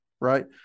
right